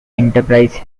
enterprise